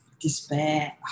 despair